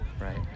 right